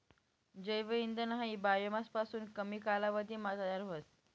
जैव इंधन हायी बायोमास पासून कमी कालावधीमा तयार व्हस